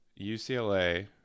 UCLA